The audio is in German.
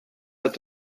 hat